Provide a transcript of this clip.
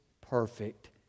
perfect